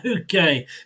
Okay